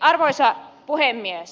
arvoisa puhemies